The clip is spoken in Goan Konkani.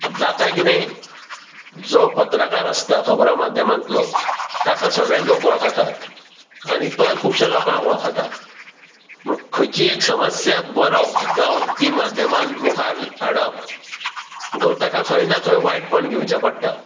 जाता कितें जो पत्रकार आसता खबरां माध्यमांतलो ताका सगळे लोक वळखतात आनी तोय खुबशां लोकांक वळखता पूण खंयचीय एक समस्या बरोवप जावं ती माध्यमान मुखार हाडप म्हणटकुच ताका खंय ना खंय वायटपण घेवचे पडटा